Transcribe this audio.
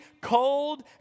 cold